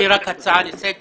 יש לי רק הצעה לסדר-היום,